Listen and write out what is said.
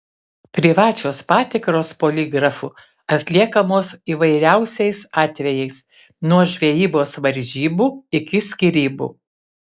privačios patikros poligrafu atliekamos įvairiausiais atvejais nuo žvejybos varžybų iki skyrybų